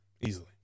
easily